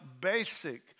basic